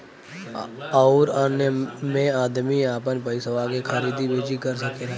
अउर अन्य मे अदमी आपन पइसवा के खरीदी बेची कर सकेला